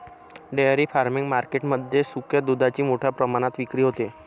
dairy farming market मध्ये सुक्या दुधाची मोठ्या प्रमाणात विक्री होते